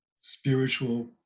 spiritual